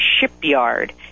shipyard